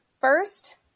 first